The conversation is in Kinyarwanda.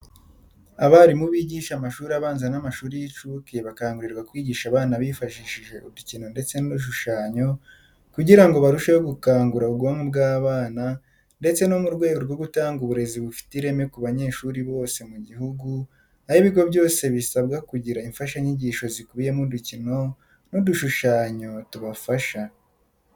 Abarimu bigisha amashuri abanza n'amashuri y'incuke bakangurirwa kwigisha abana bifashishije udukino ndetse n'udushushanyo kugira ngo barusheho gukangura ubwonko bw'abana ndetse no mu rwego rwo gutanga uburezi bufite ireme ku banyeshuri bose mu gihugu, aho ibigo byose bisabwa kugira imfashanyigisho zikubiyemo udukino n'udushushanyo tubafasha.